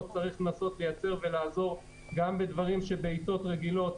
צריך לייצר ולעזור גם בדברים שבעיתות רגילות